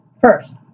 First